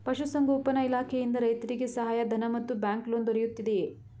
ಪಶು ಸಂಗೋಪನಾ ಇಲಾಖೆಯಿಂದ ರೈತರಿಗೆ ಸಹಾಯ ಧನ ಮತ್ತು ಬ್ಯಾಂಕ್ ಲೋನ್ ದೊರೆಯುತ್ತಿದೆಯೇ?